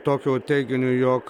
tokiu teiginiu jog